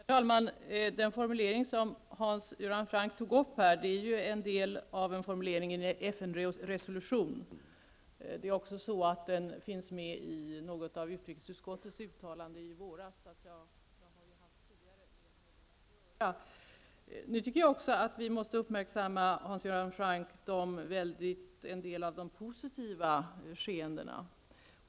Herr talman! Den formulering som Hans Göran Franck tog upp här är en del av en formulering i en FN-resolution. Formuleringen finns också med i något av utrikesutskottets uttalanden från i våras. Jag har alltså haft med det här att göra tidigare. Nu tycker jag också, Hans Göran Franck, att vi måste uppfatta en del positiva skeenden.